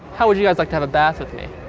how would you guys like to have a bath with me?